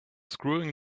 screwing